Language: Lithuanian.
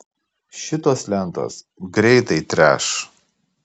šitos lentos greitai treš